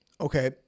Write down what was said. Okay